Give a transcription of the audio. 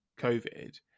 COVID